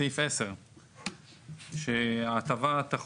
סעיף 10. למעשה,